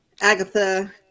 Agatha